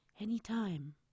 anytime